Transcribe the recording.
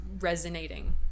resonating